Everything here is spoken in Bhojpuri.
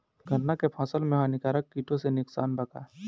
गन्ना के फसल मे हानिकारक किटो से नुकसान बा का?